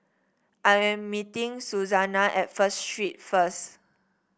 I am meeting Susannah at First Street first